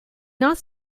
not